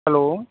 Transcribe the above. hello